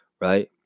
right